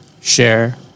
share